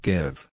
Give